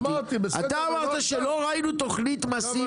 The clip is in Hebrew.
אתה אמרת שלא ראינו תכנית מסיבית --- בסדר,